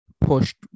pushed